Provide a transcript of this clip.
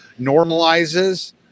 normalizes